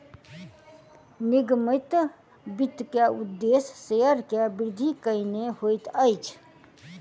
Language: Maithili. निगमित वित्त के उदेश्य शेयर के वृद्धि केनै होइत अछि